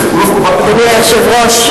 אדוני היושב-ראש,